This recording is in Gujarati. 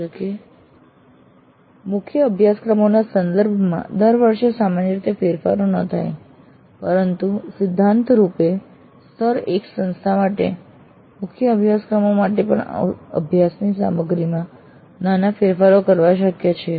જો કે મુખ્ય અભ્યાસક્રમોના સંદર્ભમાં દર વર્ષે સામાન્ય રીતે ફેરફારો ના થાય પરંતુ સિદ્ધાંત રૂપે સ્તર I સંસ્થા માટે મુખ્ય અભ્યાસક્રમ માટે પણ અભ્યાસક્રમની સામગ્રીમાં નાના ફેરફારો કરવા શક્ય છે